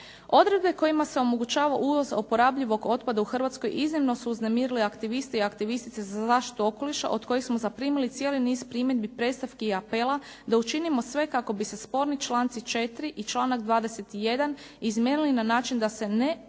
Odredbe kojima se omogućava uvoz oporabljivog otpada u Hrvatskoj iznimno su uznemirile aktiviste i aktivistice za zaštitu okoliša, od kojih smo zaprimili cijeli niz primjedbi, predstavki i apela da učinimo sve kako bi se sporni članci 4. i članak 21. izmijenili na način da ne